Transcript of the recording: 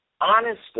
honest